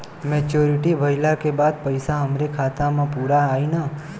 Maturity भईला के बाद पईसा हमरे खाता म पूरा आई न?